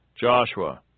Joshua